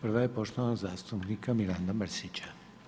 Prva je poštovanog zastupnika Miranda Mrsića.